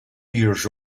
years